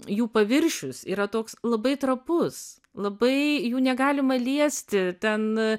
jų paviršius yra toks labai trapus labai jų negalima liesti ten